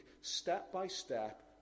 step-by-step